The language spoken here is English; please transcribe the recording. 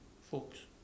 folks